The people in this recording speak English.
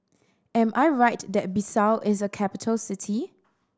am I right that Bissau is a capital city